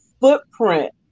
footprint